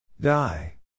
die